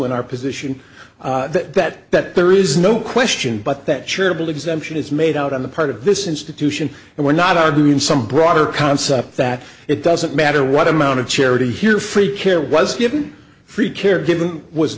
in our position that that that there is no question but that charitable exemption is made out on the part of this institution and we're not arguing in some broader concept that it doesn't matter what amount of charity here free care was given free care give